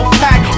pack